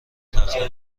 تخته